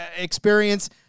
experience